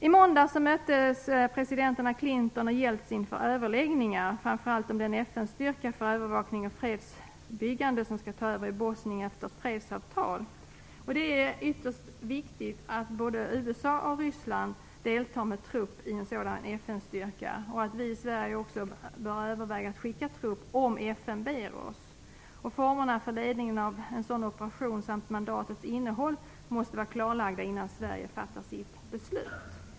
I måndags möttes presidenterna Clinton och Jeltsin för överläggningar, framför allt om den FN-styrka för övervakning av fredsbyggande som skall ta över i Bosnien efter ett fredsavtal. Det är ytterst viktigt att både USA och Ryssland deltar med trupp i en sådan FN-styrka och att vi i Sverige också bör överväga att sända trupp om FN ber oss att göra det. Formerna för ledningen av en sådan operation samt mandatets innehåll måste vara klarlagda innan Sverige fattar sitt beslut.